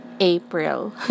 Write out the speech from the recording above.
April